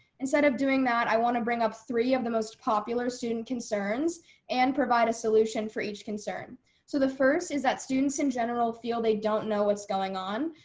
instead of doing that, i wanna bring up three of the most popular student concerns and provide a solution for each concern. so the first is that students in general feel they don't know what's going on.